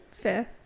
Fair